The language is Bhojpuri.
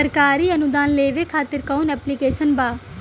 सरकारी अनुदान लेबे खातिर कवन ऐप्लिकेशन बा?